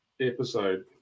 episode